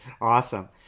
Awesome